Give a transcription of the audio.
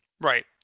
Right